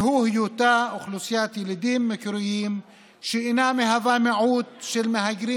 והוא היותה אוכלוסיית ילידים מקוריים שאינה מיעוט של מהגרים